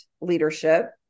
leadership